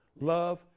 love